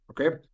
Okay